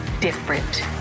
different